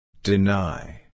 Deny